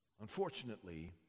Unfortunately